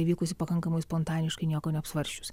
įvykusi pakankamai spontaniškai nieko neapsvarsčius